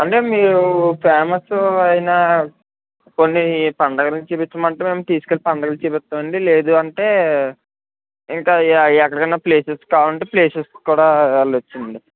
అంటే మీరు ఫేమస్ అయిన కొన్ని పండుగలు చూపించమంటే మేము తీసుకు వెళ్లి పండుగలు చూపిస్తాం అండి లేదు అంటే ఆ ఎక్కడికైనా ప్లేసెస్ కావాలంటే ప్లేసెస్ కూడా వెళ్ళ వచ్చండి